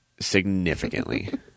significantly